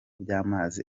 by’amazi